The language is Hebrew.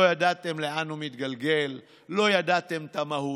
לא ידעתם לאן הוא מתגלגל, לא ידעתם את המהות.